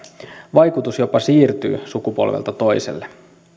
vaikutus jopa siirtyy sukupolvelta toiselle